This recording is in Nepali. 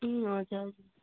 ए हजुर